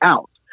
Out